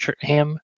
ham